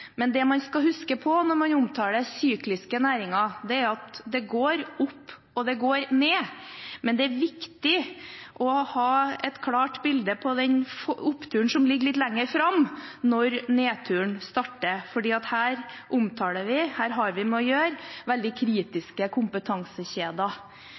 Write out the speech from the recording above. men det er viktig å ha et klart bilde av den oppturen som ligger litt lenger framme, når nedturen starter, for her har vi å gjøre med veldig